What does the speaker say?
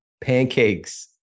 pancakes